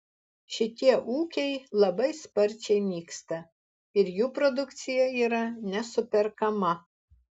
šitie ūkiai labai sparčiai nyksta ir jų produkcija yra nesuperkama